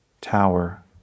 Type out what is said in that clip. tower